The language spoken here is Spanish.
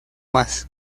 más